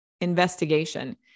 investigation